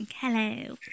Hello